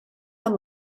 amb